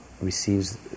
receives